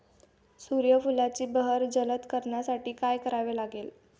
सूर्यफुलाची बहर जलद करण्यासाठी काय करावे लागेल?